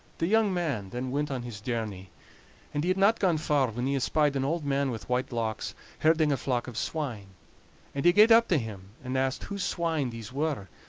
the young man then went on his journey and he had not gone far when he espied an old man with white locks herding a flock of swine and he gaed up to him and asked whose swine these were,